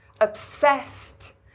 obsessed